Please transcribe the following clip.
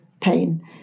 pain